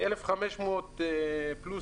1,500 פלוס,